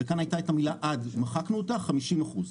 וכאן הייתה את המילה עד, מחקנו אותה אז יש 50% .